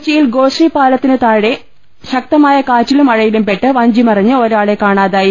കൊച്ചിയിൽ ഗോശ്രീ ഒന്നാം പാലത്തിനു താഴെ ശക്തമായ കാറ്റിലും മഴയിലും പെട്ട് വഞ്ചിമറിഞ്ഞ് ഒരാളെ കാണാതായി